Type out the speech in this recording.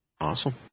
Awesome